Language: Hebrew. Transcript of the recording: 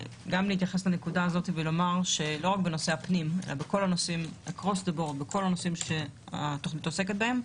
גם להתייחס לנקודה הזו ולומר שבכל הנושאים שהתוכנית עוסקת בהם,